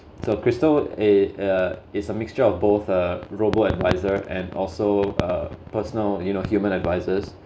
so crystal is uh it's a mixture of both uh Robo-adviser and also uh personal you know human advisers